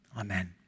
Amen